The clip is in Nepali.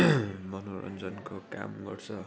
मनोरञ्जनको काम गर्छ